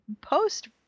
post